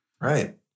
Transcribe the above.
Right